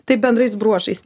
taip bendrais bruožais